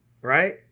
right